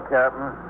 Captain